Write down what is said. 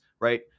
right